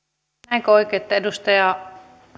näinkö oikein että edustaja